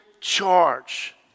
charge